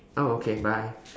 oh okay bye